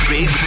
Big